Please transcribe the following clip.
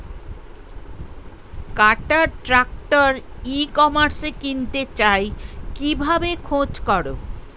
কাটার tractor ই কমার্সে কিনতে চাই কিভাবে খোঁজ করো?